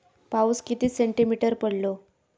पाऊस किती सेंटीमीटर पडलो?